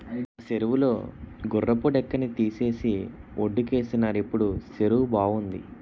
మా సెరువు లో గుర్రపు డెక్కని తీసేసి వొడ్డుకేసినారు ఇప్పుడు సెరువు బావుంది